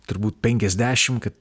turbūt penkiasdešimt kad